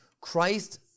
Christ